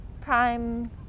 prime